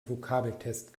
vokabeltest